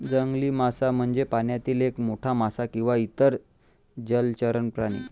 जंगली मासा म्हणजे पाण्यातील एक मोठा मासा किंवा इतर जलचर प्राणी